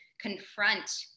confront